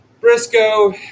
Briscoe